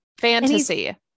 fantasy